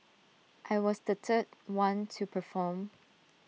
I was the third one to perform